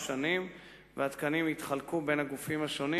שנים מספר והתקנים יתחלקו בין הגופים השונים,